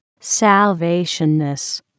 salvationness